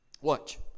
Watch